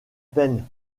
peine